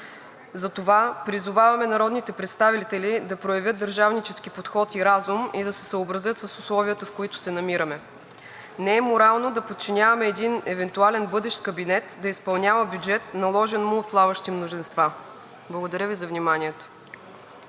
Затова призоваваме народните представители да проявят държавнически подход и разум и да се съобразят с условията, в които се намираме. Не е морално да подчиняваме един евентуален бъдещ кабинет да изпълнява бюджет, наложен му от плаващи мнозинства. Благодаря Ви за вниманието.